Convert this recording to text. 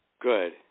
Good